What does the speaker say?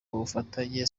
bufatanye